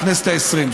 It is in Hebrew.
הכנסת העשרים,